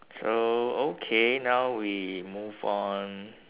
so okay now we move on